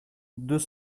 deux